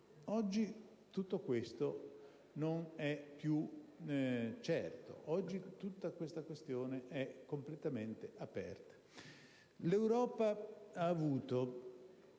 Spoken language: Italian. Oggi tutto questo non è più certo. Oggi tutta la questione è completamente aperta.